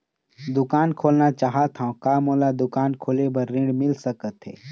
दुकान खोलना चाहत हाव, का मोला दुकान खोले बर ऋण मिल सकत हे?